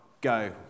Go